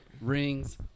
rings